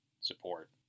support